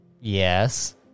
Yes